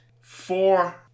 Four